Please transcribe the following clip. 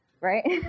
Right